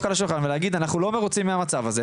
על השולחן ולהגיד 'אנחנו לא מרוצים מהמצב הזה',